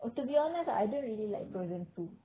oh to be honest I don't really like frozen two